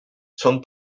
són